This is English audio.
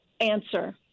answer